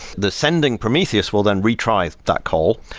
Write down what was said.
the sending prometheus will then retry that call,